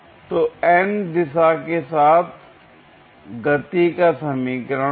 तो n दिशा के साथ गति का समीकरण